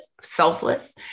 selfless